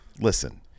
listen